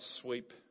sweep